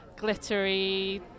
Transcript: glittery